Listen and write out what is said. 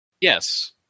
Yes